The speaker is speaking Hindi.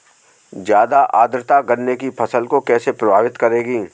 ज़्यादा आर्द्रता गन्ने की फसल को कैसे प्रभावित करेगी?